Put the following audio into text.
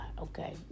Okay